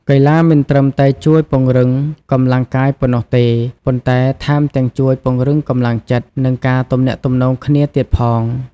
កីឡាមិនត្រឹមតែជួយពង្រឹងកម្លាំងកាយប៉ុណ្ណោះទេ ប៉ុន្តែថែមទាំងជួយ ពង្រឹងកម្លាំងចិត្ត និងការទំនាក់ទំនងគ្នាទៀតផង។